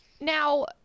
Now